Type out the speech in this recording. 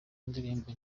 ndirimbo